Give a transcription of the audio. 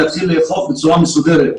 להתחיל לאכוף בצורה מסודרת.